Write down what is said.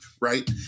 right